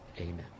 amen